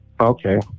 Okay